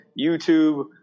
YouTube